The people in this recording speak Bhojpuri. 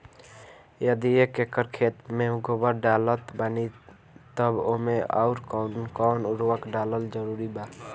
यदि एक एकर खेत मे गोबर डालत बानी तब ओमे आउर् कौन कौन उर्वरक डालल जरूरी बा?